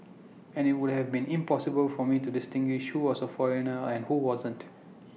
and IT would have been impossible for me to distinguish who was A foreigner and who wasn't